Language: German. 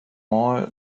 maul